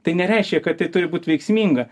tai nereiškia kad tai turi būt veiksminga